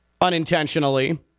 unintentionally